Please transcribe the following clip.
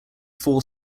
four